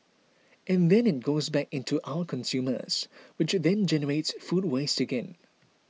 and then it goes back into our consumers which then generates food waste again